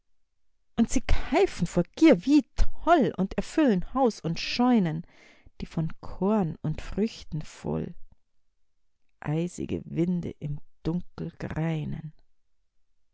und sie keifen vor gier wie toll und erfüllen haus und scheunen die von korn und früchten voll eisige winde im dunkel